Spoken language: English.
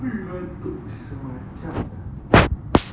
um